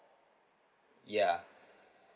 yeah